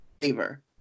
favor